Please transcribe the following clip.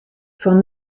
fan